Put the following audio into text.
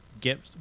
get